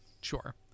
Sure